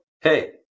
hey